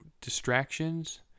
Distractions